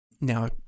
now